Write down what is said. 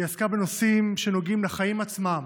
היא עסקה בנושאים שנוגעים לחיים עצמם: